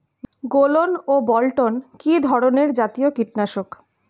গোলন ও বলটন কি ধরনে জাতীয় কীটনাশক?